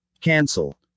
Cancel